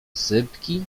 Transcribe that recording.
sypki